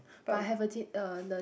but I have a